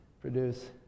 produce